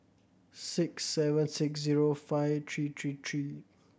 six seven six zero five three three three